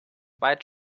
white